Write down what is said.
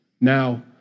Now